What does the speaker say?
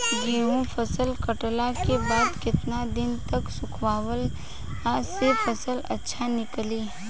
गेंहू फसल कटला के बाद केतना दिन तक सुखावला से फसल अच्छा निकली?